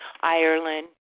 Ireland